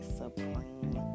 supreme